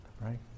right